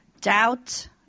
doubt